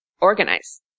organize